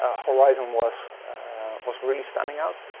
ah horizon was was really standing out.